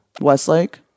Westlake